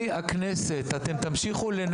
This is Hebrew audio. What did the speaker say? לא, אבל אני חושב שאתה שמת את האצבע ממש במקום